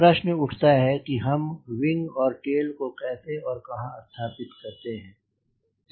प्रश्न उठता है कि हम विंग और टेल को कैसे और कहां स्थापित करते हैं